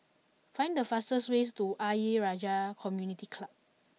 Find the fastest way to Ayer Rajah Community Club